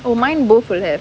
oh mine both will have